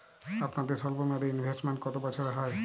আপনাদের স্বল্পমেয়াদে ইনভেস্টমেন্ট কতো বছরের হয়?